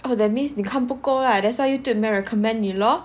oh that means 你看不够 lah that's why Youtube 没有 recommend 你 lor